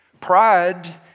Pride